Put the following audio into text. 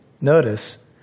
notice